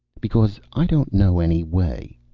because i don't know any way.